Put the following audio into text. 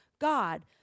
God